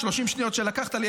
30 שניות שלקחת לי,